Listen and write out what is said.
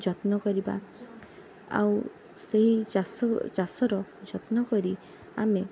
ଯତ୍ନ କରିବା ଆଉ ସେଇ ଚାଷ ଚାଷର ଯତ୍ନ କରି ଆମେ